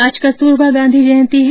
आज कस्तूरबा गांधी जयंती है